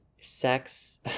sex